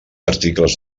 articles